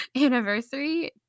anniversary